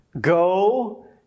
Go